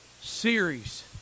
series